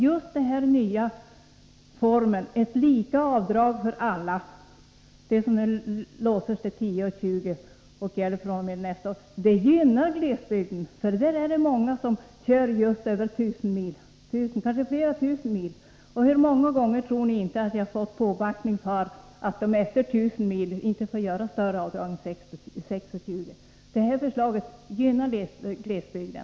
Just den här nya formen — ett avdrag som är lika för alla och som låses vid 10:20 kr. per mil — gynnar glesbygden. Där är det många som kör på långa avstånd, kanske flera tusen mil. Och hur många gånger tror ni inte att jag fått påbackning för att de efter 1 000 mil inte får göra samma avdrag som upp till 1 000 mil. Det här förslaget gynnar som sagt glesbygden.